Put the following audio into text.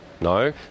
No